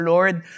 Lord